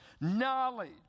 Knowledge